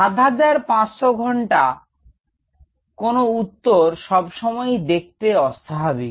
7500 ঘন্টা কোন উত্তর সবসময়ই দেখতে অস্বাভাবিক